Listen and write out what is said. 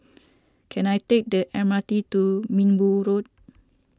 can I take the M R T to Minbu Road